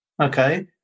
Okay